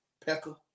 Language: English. pecker